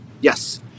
Yes